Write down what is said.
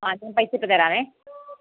ആ ഞാൻ പൈസ ഇപ്പോൾ തരാവെ